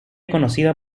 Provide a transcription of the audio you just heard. conocida